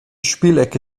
spielecke